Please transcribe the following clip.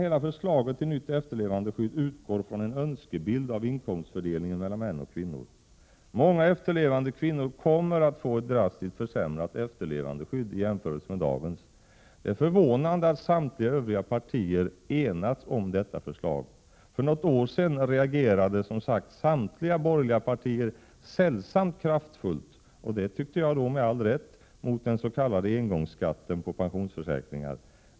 Hela förslaget till nytt efterlevandeskydd utgår från en önskebild av inkomstfördelningen mellan män och kvinnor. Många efterlevande kvinnor kommer att få ett drastiskt försämrat efterlevandeskydd i jämförelse med dagens. Det är förvånande att samtliga övriga partier enats om detta förslag. För något år sedan reagerade samtliga borgerliga partier sällsamt kraftfullt, och det med all rätt, mot den s.k. engångsskatten på pensionsförsäkringar.